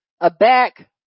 aback